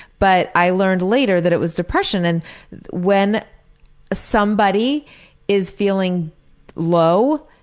but i learned later that it was depression and when somebody is feeling low,